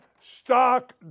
stock